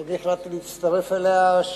ואני החלטתי להצטרף אליה,